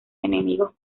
enemigos